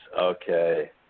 Okay